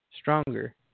stronger